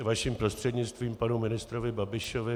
Vaším prostřednictvím panu ministrovi Babišovi.